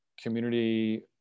community